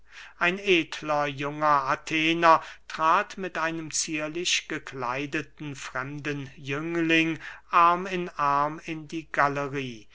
ein edler junger athener trat mit einem zierlich gekleideten fremden jüngling arm in arm in die